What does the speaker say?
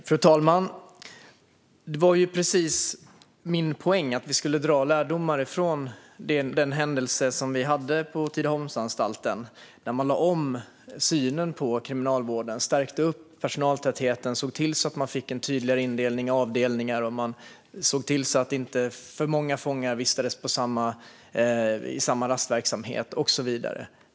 Fru talman! Det var ju precis min poäng - att vi ska dra lärdomar av händelsen på Tidaholmsanstalten, där man lade om synen på kriminalvården, stärkte personaltätheten, såg till att man fick en tydligare indelning i avdelningar, såg till att inte för många fångar vistades i samma rastverksamhet och så vidare.